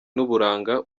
n’uburanga